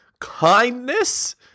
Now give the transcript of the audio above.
Kindness